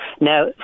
Now